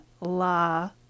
La